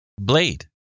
blade